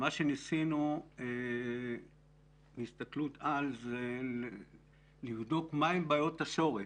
ניסינו בהסתכלות-על לבדוק מה הן בעיות השורש.